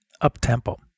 up-tempo